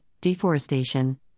deforestation